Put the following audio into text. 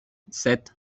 sept